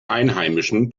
einheimischen